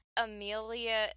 Amelia